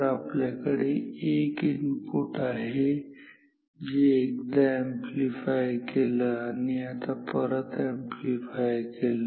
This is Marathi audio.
तर आपल्याकडे एक इनपुट आहे जे एकदा अॅम्प्लीफाय केल आणि आता परत अॅम्प्लीफाय केल